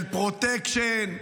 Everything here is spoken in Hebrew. של פרוטקשן,